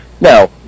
Now